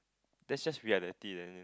that's just reality leh